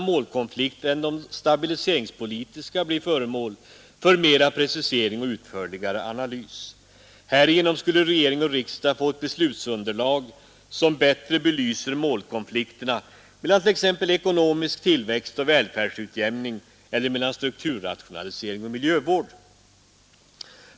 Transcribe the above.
Man anser det oc än de stabiliseringspolitiska blir föremål för mera precisering och utförligare analys. Härigenom skulle regering och riksdag få ett beslutsunderlag som bättre belyser målkonflikterna mellan t.ex. ekonomisk tillväxt och välfärdsutjämning eller mellan strukturrationalisering och miljövård.